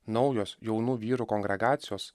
naujos jaunų vyrų kongregacijos